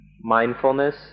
mindfulness